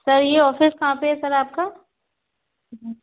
sir यह office कहा पर है सर आपका जी